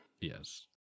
Yes